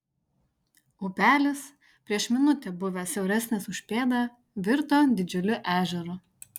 upelis prieš minutę buvęs siauresnis už pėdą virto didžiuliu ežeru